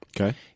Okay